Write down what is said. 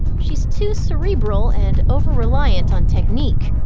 she's too cerebral and over-reliant on technique.